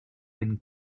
been